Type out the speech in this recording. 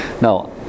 now